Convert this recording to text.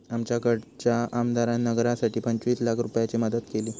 आमच्याकडच्या आमदारान नगरासाठी पंचवीस लाख रूपयाची मदत केली